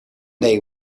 they